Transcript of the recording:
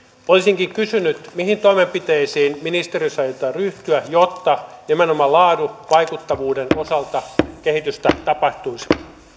olisinkin kysynyt mihin toimenpiteisiin ministeriössä aiotaan ryhtyä jotta nimenomaan laadun vaikuttavuuden osalta kehitystä tapahtuisi